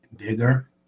bigger